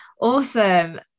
awesome